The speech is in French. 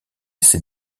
ses